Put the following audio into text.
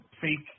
fake